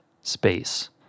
space